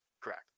Correct